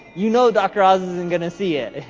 you know dr. oz isn't gonna see it,